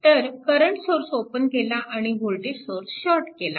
तर current source open केला आणि वोल्टेज सोर्स शॉर्ट केला